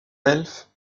elfes